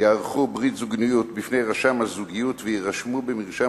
יערכו ברית זוגיות בפני רשם הזוגיות ויירשמו במרשם